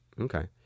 okay